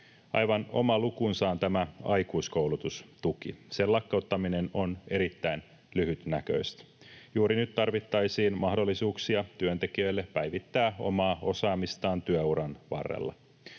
Aivan oma lukunsa on tämä aikuiskoulutustuki. Sen lakkauttaminen on erittäin lyhytnäköistä. Juuri nyt tarvittaisiin mahdollisuuksia työntekijöille päivittää omaa osaamistaan työuran varrella.